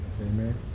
Amen